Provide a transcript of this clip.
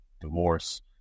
divorce